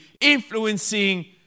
influencing